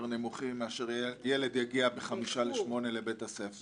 נמוכים מאשר שילד יגיע ב-07:55 לבית הספר.